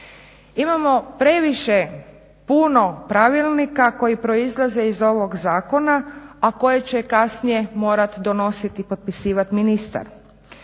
Imamo previše puno pravilnika koji proizlaze iz ovog zakona, a koje će kasnije morat donosit i potpisivat ministar.